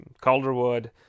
Calderwood